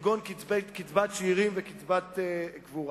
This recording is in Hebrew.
כגון קצבת שאירים ודמי קבורה.